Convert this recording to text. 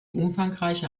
umfangreiche